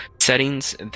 settings